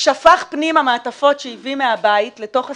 שפך פנימה מעטפות שהביא מהבית, לתוך הספירה.